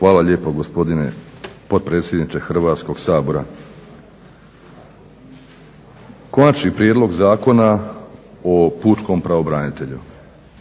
Hvala lijepo gospodine potpredsjedniče Hrvatskog sabora. Konačni prijedlog Zakona o pučkom pravobranitelju.